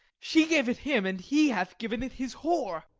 she gave it him, and he hath given it his whore.